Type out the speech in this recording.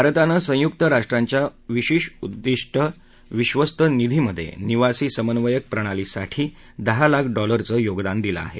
भारतानं संयुक्त राष्ट्रांच्या विशेष उद्दिष्ट विश्वस्त निधीमध्ये निवासी समन्वयक प्रणालीसाठी दहा लाख डॉलरचं योगदान दिलं आहे